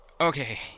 okay